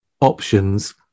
options